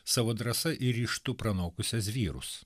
savo drąsa ir ryžtu pranokusias vyrus